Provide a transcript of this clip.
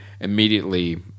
immediately